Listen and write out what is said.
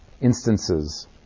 instances